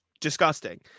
disgusting